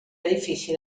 edifici